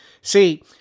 See